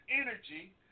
energy